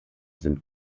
sind